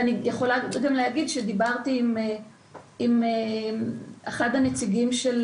אני יכולה גם להגיד שדיברתי עם אחד הנציגים של